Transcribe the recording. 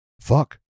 fuck